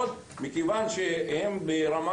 מכיוון שהם ברמה